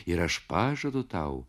ir aš pažadu tau